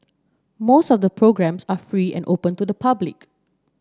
most of the programmes are free and open to the public